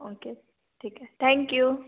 okay ठीक है thank you